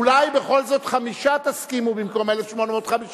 אולי בכל זאת חמישה תסכימו, במקום 1,850?